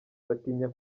batinya